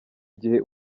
igihe